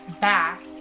back